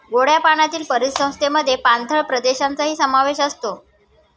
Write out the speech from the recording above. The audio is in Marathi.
गोड्या पाण्यातील परिसंस्थेमध्ये पाणथळ प्रदेशांचाही समावेश असतो